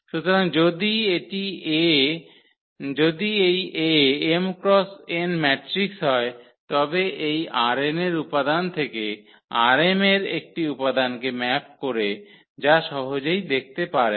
সুতরাং যদি এটি A m×n ম্যাট্রিক্স হয় তবে এটি ℝn এর উপাদান থেকে ℝm এর একটি উপাদানকে ম্যাপ করে যা সহজেই দেখতে পারেন